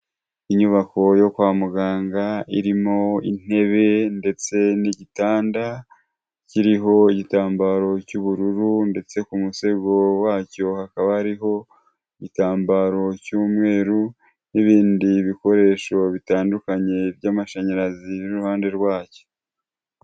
Inyubako yo kwa muganga irimo intebe ndetse n'igitanda, kiriho igitambaro cy'ubururu ndetse ku musego wacyo hakaba hariho igitambaro cy'umweru n'ibindi bikoresho bitandukanye by'amashanyarazi biri iruhande rwacyo.